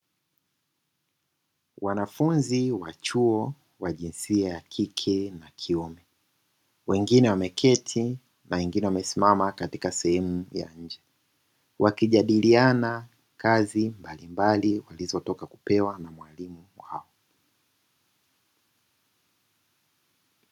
Wanafunzi wa chuo wa jinsia ya kike na kiume, wengine wameketi na wengine wamesimama katika sehemu ya nje , wakijadiliana kazi mbalimbali walizotoka kupewa na mwalimu wao.